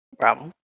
problem